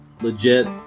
legit